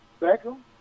Beckham